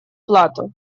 плату